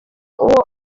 uwo